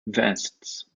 vests